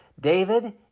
David